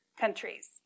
countries